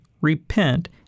repent